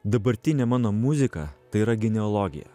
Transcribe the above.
dabartinė mano muzika tai yra geneologija